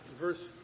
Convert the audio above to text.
verse